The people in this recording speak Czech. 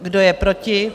Kdo je proti?